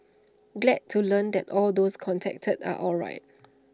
glad to learn that all those contacted are alright